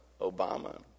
Obama